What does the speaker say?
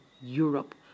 Europe